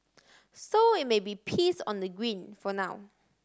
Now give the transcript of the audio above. so it may be peace on the green for now